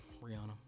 Rihanna